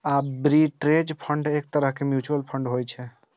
arbitrage fund एक तरहक mutual fund होइ छै